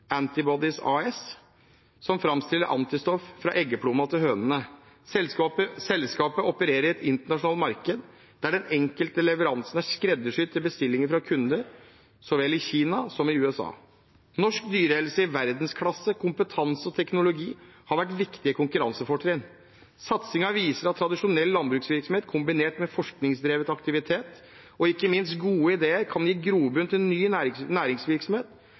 AS som framstiller antistoff fra eggeplommen til hønene. Selskapet opererer i et internasjonalt marked der den enkelte leveransen er skreddersydd til bestillinger fra kunder så vel i Kina som i USA. Norsk dyrehelse i verdensklasse, kompetanse og teknologi har vært viktige konkurransefortrinn. Satsingen viser at tradisjonell landbruksvirksomhet kombinert med forskingsdrevet aktivitet og ikke minst gode ideer kan gi grobunn for ny næringsvirksomhet